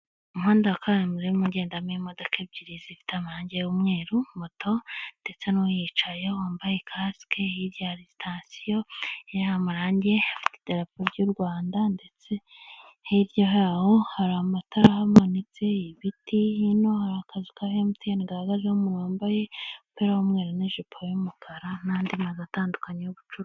Umuhanda wa kaburimbo urimo ugendamo imodoka ebyiri zifite amarangi y'umweru, moto ndetse n'uyicayeho wambaye kasike, hirya hari sitatiyo iriho amarangi, afite idarapo ry'u Rwanda ndetse hirya yaho hari amatara ahamanitse, ibiti, hino hari akazu ka Emutiyeni gahagazeho umuntu wambaye umupira w'umweru n'ijipo y'umukara n'andi mazu atandukanye y'ubucuruzi.